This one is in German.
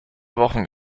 wochen